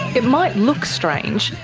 it might look strange,